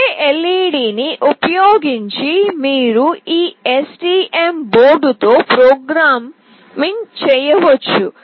ఒకే ఎల్ఈడీని ఉపయోగించి మీరు ఈ ఎస్టిఎం బోర్డుతో ప్రోగ్రామింగ్ చేయవచ్చు